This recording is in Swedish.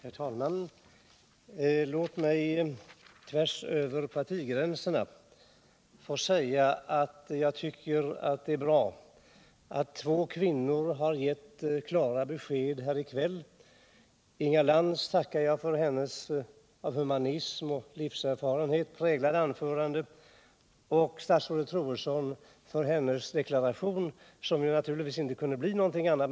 Herr talman! Låt mig tvärs över partigränserna få säga att jag tycker att det är bra att två kvinnor har givit klara besked här i kväll. Inga Lantz tackar jag för hennes av humanism och livserfarenhet präglade anförande och statsrådet Troedsson för hennes deklaration, som naturligtvis inte kunde bli någonting annat.